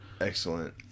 Excellent